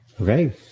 Okay